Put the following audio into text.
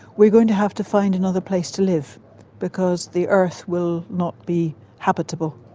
we are going to have to find another place to live because the earth will not be habitable,